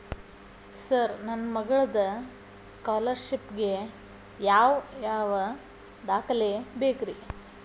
Sir ನನ್ನ ಮಗ್ಳದ scholarship ಗೇ ಯಾವ್ ಯಾವ ದಾಖಲೆ ಬೇಕ್ರಿ?